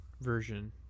version